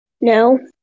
No